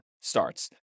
starts